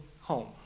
home